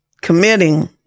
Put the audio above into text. committing